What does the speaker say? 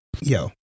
yo